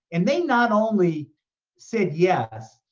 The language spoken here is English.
and they not only said yes,